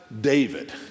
David